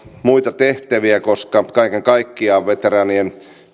muita tehtäviä koska kaiken kaikkiaan veteraanien